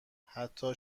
حتی